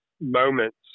moments